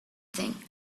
thing